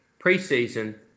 Preseason